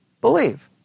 believe